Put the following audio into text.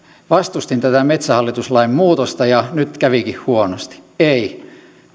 vastustin tätä metsähallitus lain muutosta ja nyt kävikin huonosti ei